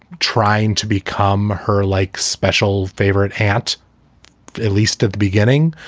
trying to become her like special. favorite, and at least at the beginning,